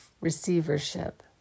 receivership